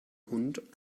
hund